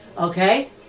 Okay